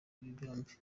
byombi